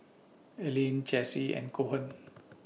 Aleen Chessie and Cohen